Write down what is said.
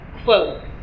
quote